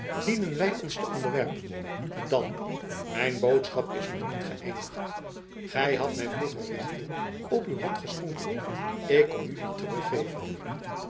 dienen wij ons te onderwerpen dan mijn boodschap is nog niet geëindigd gij hadt mij vroeger rechten op uw hand geschonken ik kom u die teruggeven